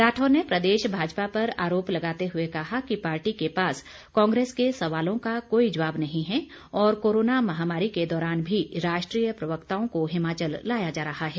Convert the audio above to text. राठौर ने प्रदेश भाजपा पर आरोप लगाते हुए कहा कि पार्टी के पास कांग्रेस के सवालों का कोई जवाब नहीं है और कोरोना महामारी के दौरान भी राष्ट्रीय प्रवक्ताओं को हिमाचल लाया जा रहा है